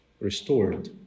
restored